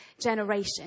generation